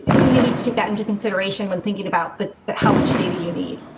you need to take that into consideration when thinking about but that how much data you need.